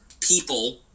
people